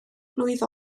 blwydd